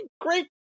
great